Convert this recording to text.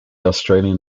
australian